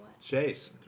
Chase